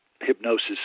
hypnosis